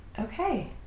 Okay